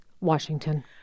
Washington